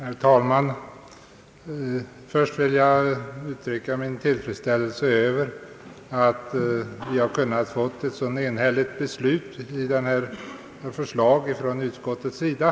Herr talman! Först vill jag uttrycka min tillfredsställelse över att vi kunnat få ett så enhälligt förslag från utskottets sida.